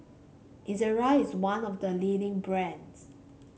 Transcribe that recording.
Ezerra is one of the leading brands